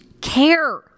care